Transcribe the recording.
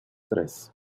tres